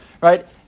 right